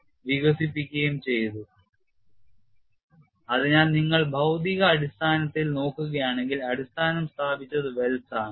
COD Design Curve അതിനാൽ നിങ്ങൾ ഭൌതിക അടിസ്ഥാനത്തിൽ നോക്കുകയാണെങ്കിൽ അടിസ്ഥാനം സ്ഥാപിച്ചത് വെൽസ് ആണ്